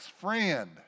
friend